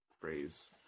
phrase